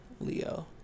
Leo